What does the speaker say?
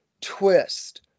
twist